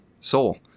soul